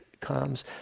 comes